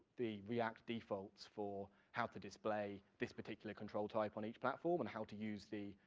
the react defaults for how to display this particular control type on each platform and how to use the,